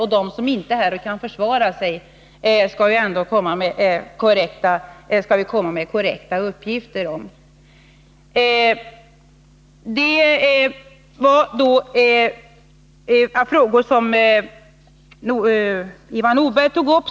Vi skall lämna korrekta uppgifter om dem som inte är här och kan försvara sig. Jag skulle också vilja säga några ord om de frågor som Ivar Nordberg tog upp.